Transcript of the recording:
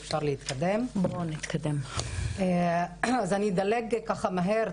אז אני אדלג ככה מהר,